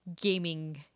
gaming